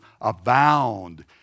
abound